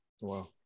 Wow